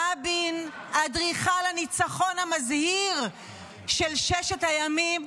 רבין, אדריכל הניצחון מזהיר של ששת הימים,